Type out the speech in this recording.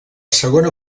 segona